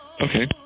Okay